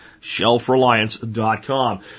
ShelfReliance.com